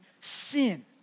sin